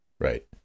right